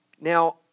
Now